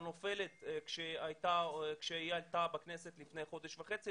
נופלת עת עלתה בכנסת לפני חודש וחצי.